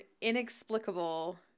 inexplicable